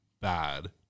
bad